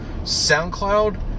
soundcloud